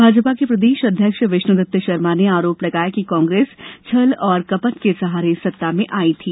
भाजपा के प्रदेश अध्यक्ष विष्णु दत्त शर्मा ने आरोप लगाया कि कांग्रेस छल और कपट के सहारे सत्ता में आई थी